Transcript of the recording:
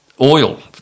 oil